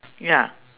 ya